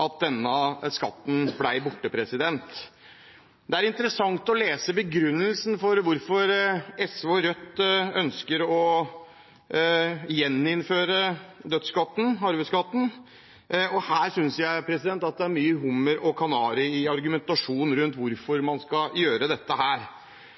at denne skatten ble borte fra 1. januar 2014. Det er interessant å lese begrunnelsen for hvorfor SV og Rødt ønsker å gjeninnføre «dødsskatten», arveskatten, og jeg synes det er mye hummer og kanari i argumentasjonen rundt hvorfor